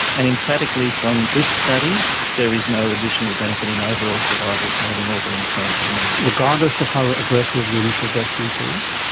and emphatically from this study there is no additional benefit in overall survival for having all the lymph nodes removed. regardless of how aggressive the initial breast cancer is?